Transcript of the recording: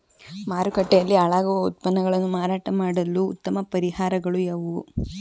ಮಾರುಕಟ್ಟೆಯಲ್ಲಿ ಹಾಳಾಗುವ ಉತ್ಪನ್ನಗಳನ್ನು ಮಾರಾಟ ಮಾಡಲು ಉತ್ತಮ ಪರಿಹಾರಗಳು ಯಾವುವು?